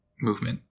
movement